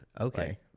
Okay